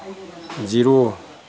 zero